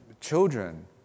children